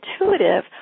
intuitive